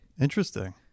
Interesting